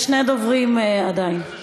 יש שני דוברים עדיין.